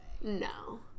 No